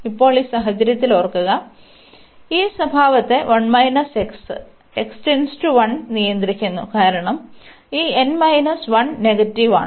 ഇപ്പോൾ ഈ സാഹചര്യത്തിൽ ഓർക്കുക ഈ സ്വഭാവത്തെ x → 1 നിയന്ത്രിക്കുന്നു കാരണം ഈ n 1 നെഗറ്റീവ് ആണ്